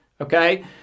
okay